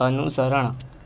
અનુસરણ